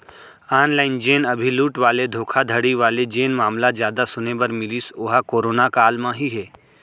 online जेन अभी लूट वाले धोखाघड़ी वाले जेन मामला जादा सुने बर मिलिस ओहा करोना काल म ही हे